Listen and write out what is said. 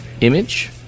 image